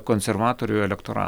konservatorių elektorato